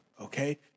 Okay